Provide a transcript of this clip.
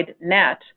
net